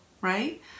right